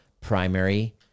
primary